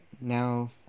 Now